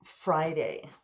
Friday